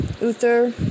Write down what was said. Uther